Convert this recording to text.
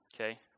Okay